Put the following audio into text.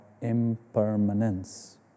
impermanence